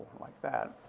like that.